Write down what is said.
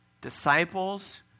Disciples